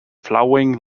flowing